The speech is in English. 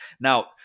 Now